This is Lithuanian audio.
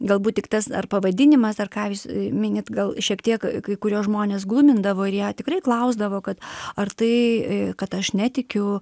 galbūt tik tas ar pavadinimas ar ką jūs minit gal šiek tiek kai kuriuos žmones glumindavo ir jie tikrai klausdavo kad ar tai kad aš netikiu